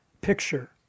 picture